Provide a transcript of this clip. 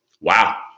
Wow